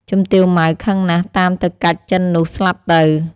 ជំទាវ ម៉ៅ ខឹងណាស់តាមទៅកាច់ចិននោះ ស្លាប់ទៅ ។